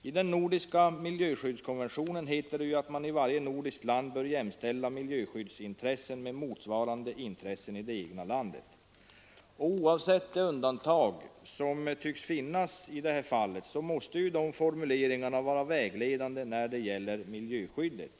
I den nordiska miljöskyddskonventionen heter det, som jag sade, att man i varje nordiskt land bör jämställa miljöskyddsintressena med motsvarande intressen i det egna landet. Oavsett det undantag som tycks ha gjorts i det här fallet måste de formuleringarna vara vägledande när det gäller miljöskyddet.